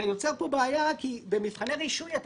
אתה יוצר פה בעיה כי במבחני רישוי אתה